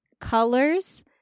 colors